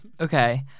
Okay